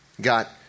got